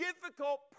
difficult